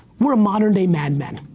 we're a modern day mad man.